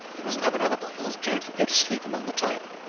we mustn't have another bottle, as jones would go to sleep among the type.